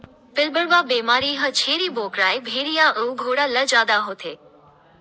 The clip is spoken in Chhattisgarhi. पिलबढ़वा बेमारी ह छेरी बोकराए भेड़िया अउ घोड़ा ल जादा होथे